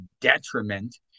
detriment